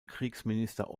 kriegsminister